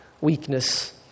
weakness